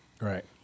Right